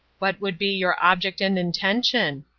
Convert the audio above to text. what would be your object and intention?